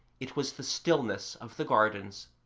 it was the stillness of the gardens.